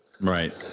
right